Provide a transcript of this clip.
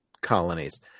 colonies